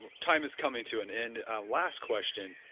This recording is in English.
and time is coming to an end. last question,